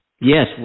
Yes